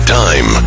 time